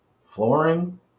flooring